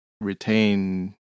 retain